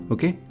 Okay